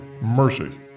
mercy